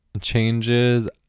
Changes